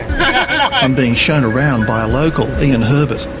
i'm being shown around by a local, ian herbert.